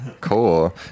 cool